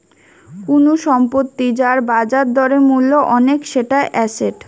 কুনু সম্পত্তি যার বাজার দরে মূল্য অনেক সেটা এসেট